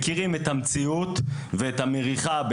מכירים את המציאות ואת המריחה,